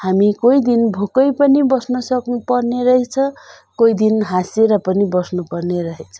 हामी कोही दिन भोकै पनि बस्न सक्नु पर्ने रहेछ कोही दिन हाँसेर पनि बस्नु पर्ने रहेछ